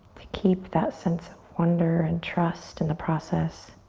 to keep that sense of wonder and trust in the process,